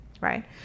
right